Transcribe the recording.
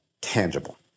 tangible